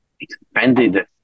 expanded